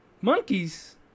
Monkeys